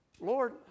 Lord